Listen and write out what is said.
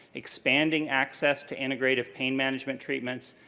expanding access to integrative pain management treatments,